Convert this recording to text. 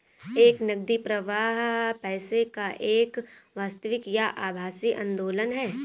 एक नकदी प्रवाह पैसे का एक वास्तविक या आभासी आंदोलन है